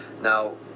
Now